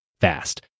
fast